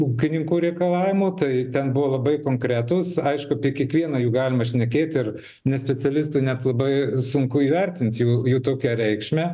ūkininkų reikalavimų tai ten buvo labai konkretūs aišku prie kiekvieno jų galima šnekėti ir ne specialistui net labai sunku įvertinti jų jų tokią reikšmę